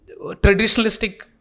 traditionalistic